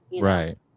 right